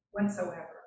whatsoever